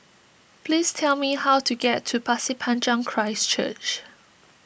please tell me how to get to Pasir Panjang Christ Church